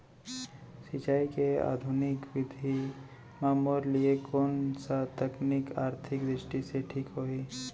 सिंचाई के आधुनिक विधि म मोर लिए कोन स तकनीक आर्थिक दृष्टि से ठीक होही?